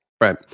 right